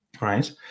Right